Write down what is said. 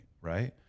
Right